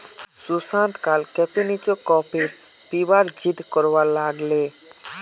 सुशांत कल cappuccino coffee पीबार जिद्द करवा लाग ले